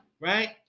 right